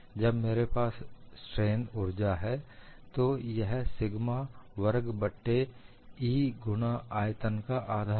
जब मेरे पास स्ट्रेन उर्जा है तो यह सिग्मा वर्ग बट्टे E गुणा आयतन का 12 है